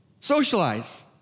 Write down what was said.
Socialize